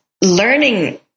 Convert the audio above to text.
learning